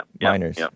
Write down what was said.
Miners